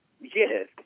Yes